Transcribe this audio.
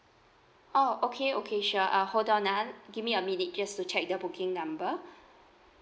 oh okay okay sure uh hold on ah give me a minute just to check the booking number